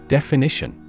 Definition